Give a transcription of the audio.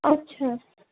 আচ্ছা